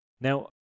Now